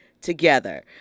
together